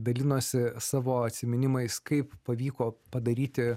dalinosi savo atsiminimais kaip pavyko padaryti